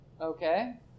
Okay